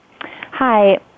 Hi